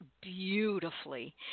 beautifully